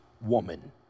woman